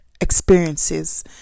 experiences